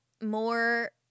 more